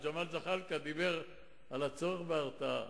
חבר הכנסת ג'מאל זחאלקה דיבר על הצורך בהרתעה.